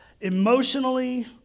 emotionally